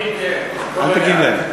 אל תגיב להם.